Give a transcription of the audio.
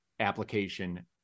application